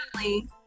family